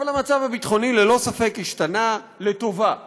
אבל המצב הביטחוני ללא ספק השתנה לטובה בהחלט.